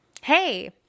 Hey